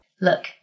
Look